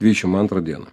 dvidešim antrą dieną